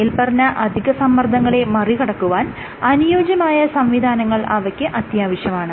മേല്പറഞ്ഞ അധികസമ്മർദ്ദങ്ങളെ മറിക്കടുക്കുവാൻ അനുയോജ്യമായ സംവിധാനങ്ങൾ അവയ്ക്ക് അത്യാവശ്യമാണ്